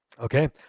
Okay